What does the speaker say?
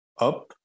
up